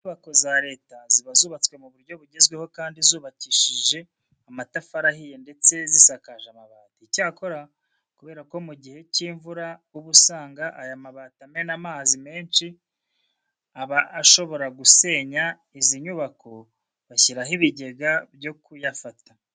Inyubako za leta ziba zubatswe mu buryo bugezweho kandi zubakishije amatafari ahiye ndese zisakaje amabati. Icyakora kubera ko mu gihe cy'imvura uba usanga aya mabati amena amazi menshi aba ashobora no gusenya izi nyubako, bashyiraho ibigega byo kuyafata.